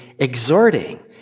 Exhorting